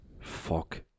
Fuck